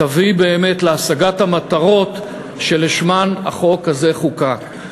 נביא באמת להשגת המטרות שלשמן החוק הזה חוקק.